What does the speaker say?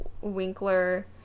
Winkler